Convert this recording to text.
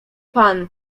pan